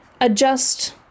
adjust